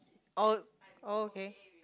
oh oh okay